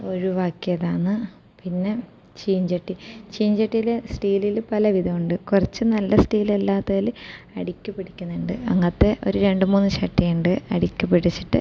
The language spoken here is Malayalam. ഒഴിവാക്കിയതാണ് പിന്നെ ചീഞ്ചട്ടി ചീഞ്ചട്ടിയിൽ സ്റ്റീലിൽ പലവിധം ഉണ്ട് കുറച്ച് നല്ല സ്റ്റീൽ അല്ലാത്തതിൽ അടിക്ക് പിടിക്കുന്നുണ്ട് അങ്ങനത്തെ ഒരു രണ്ട് മൂന്ന് ചട്ടിയുണ്ട് അടിക്ക് പിടിച്ചിട്ട്